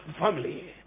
family